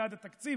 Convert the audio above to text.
בעד התקציב,